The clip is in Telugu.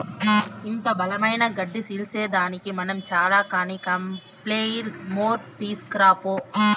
ఇంత బలమైన గడ్డి సీల్సేదానికి మనం చాల కానీ ప్లెయిర్ మోర్ తీస్కరా పో